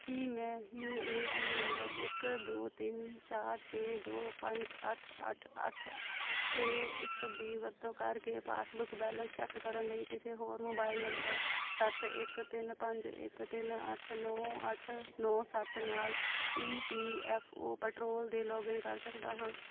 ਕੀ ਮੈਂ U A N number ਇੱਕ ਦੋ ਤਿੰਨ ਚਾਰ ਛੇ ਦੋ ਪੰਜ ਅੱਠ ਅੱਠ ਅੱਠ ਛੇ ਇੱਕ ਦੀ ਵਰਤੋਂ ਕਰਕੇ ਪਾਸਬੁੱਕ ਬੈਲੇਂਸ ਚੈੱਕ ਕਰਨ ਲਈ ਕਿਸੇ ਹੋਰ ਮੋਬਾਈਲ ਨੰਬਰ ਸੱਤ ਇੱਕ ਤਿੰਨ ਪੰਜ ਇੱਕ ਤਿੰਨ ਅੱਠ ਨੌਂ ਅੱਠ ਨੌਂ ਸੱਤ ਨਾਲ E P F O portal ਦੇ ਲੌਗਇਨ ਕਰ ਸਕਦਾ ਹਾਂ